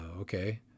Okay